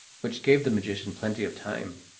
which gave the magician plenty of time.